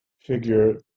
figure –